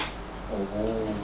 uh